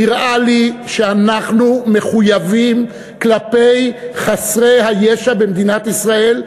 נראה לי שאנחנו מחויבים כלפי חסרי הישע במדינת ישראל,